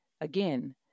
again